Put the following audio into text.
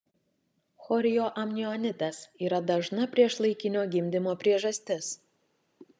chorioamnionitas yra dažna priešlaikinio gimdymo priežastis